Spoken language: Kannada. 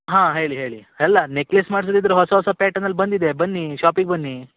ಹಾಂ ಹೇಳಿ ಹೇಳಿ ಎಲ್ಲ ನೆಕ್ಲೆಸ್ ಮಾಡ್ಸೋದಿದ್ರೆ ಹೊಸ ಹೊಸ ಪ್ಯಾಟರ್ನಲ್ಲಿ ಬಂದಿದೆ ಬನ್ನೀ ಶಾಪಿಗೆ ಬನ್ನೀ